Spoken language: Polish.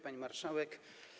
Pani Marszałek!